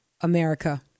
America